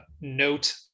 note